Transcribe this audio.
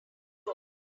door